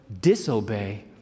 disobey